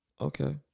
Okay